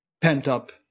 pent-up